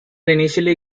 initially